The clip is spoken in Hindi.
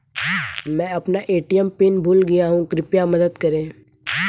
मैं अपना ए.टी.एम पिन भूल गया हूँ, कृपया मदद करें